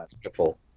beautiful